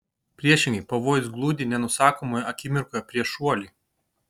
priešingai pavojus gludi nenusakomoje akimirkoje prieš šuoli